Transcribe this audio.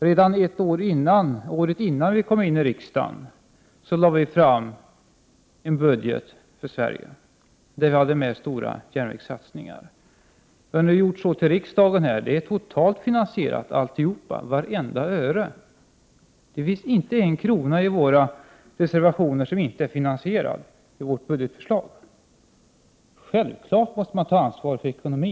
Redan ett år innan miljöpartiet kom in i riksdagen lade vi fram ett förslag till budget som innehöll stora satsningar på järnvägen. Det förslag vi nu har lagt fram är finansierat, vartenda öre, det finns inte en krona i våra reservationer som inte är finansierade i vårt budgetförslag. Självfallet måste man ta ansvar för ekonomin.